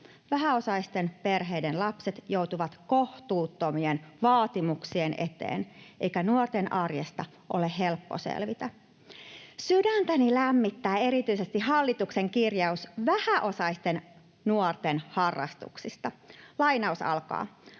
Vähäosaisten perheiden lapset joutuvat kohtuuttomien vaatimuksien eteen, eikä nuorten arjesta ole helppo selvitä. Sydäntäni lämmittää erityisesti hallituksen kirjaus vähäosaisten nuorten harrastuksista: "Hallitus turvaa,